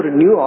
new